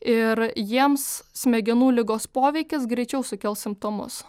ir jiems smegenų ligos poveikis greičiau sukels simptomus